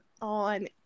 on